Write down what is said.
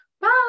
bye